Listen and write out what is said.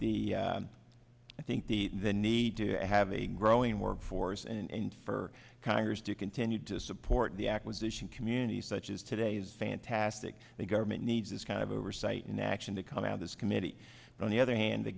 the i think the the need to have a growing work force and for congress to continue to support the acquisition community such as today's fan casting the government needs this kind of oversight in action to come out of this committee on the other hand the